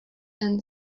and